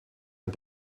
het